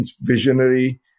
visionary